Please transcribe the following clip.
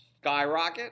skyrocket